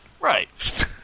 Right